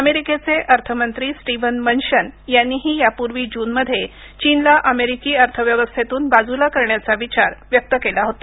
अमेरिकेचे अर्थमंत्री Steven Mnuchin यांनीही यापूर्वी जूनमध्ये चीनला अमेरिकी अर्थव्यवस्थेतून बाजूला करण्याचा विचार व्यक्त केला होता